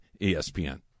ESPN